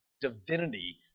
divinity